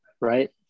Right